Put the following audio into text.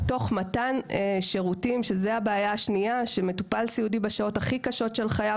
תוך מתן שירותים; שזו הבעיה השנייה: בשעות הכי קשות של חייו,